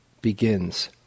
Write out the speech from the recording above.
begins